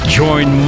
join